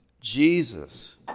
Jesus